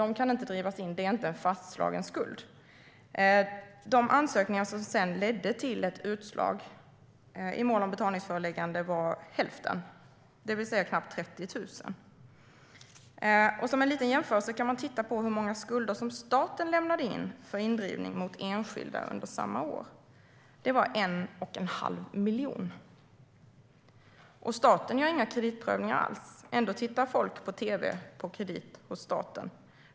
De kan inte drivas in - det är inte en fastslagen skuld. De ansökningar som ledde till utslag i mål om betalningsföreläggande var hälften, det vill säga knappt 30 000. Som en liten jämförelse kan man titta på hur många skulder som staten lämnade in för indrivning mot enskilda under samma år. Det var 1 1⁄2 miljon. Och staten gör inga kreditprövningar alls. Folk tittar på tv på kredit från staten.